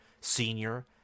Senior